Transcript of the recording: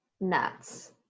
nuts